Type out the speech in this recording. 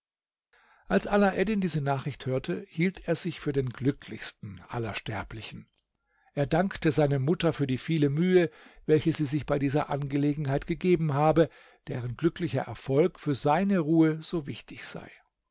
als alaeddin diese nachricht hörte hielt er sich für den glücklichsten aller sterblichen er dankte seiner mutter für die viele mühe welche sie sich bei dieser angelegenheit gegeben habe deren glücklicher erfolg für seine ruhe so wichtig sei